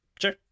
sure